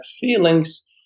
feelings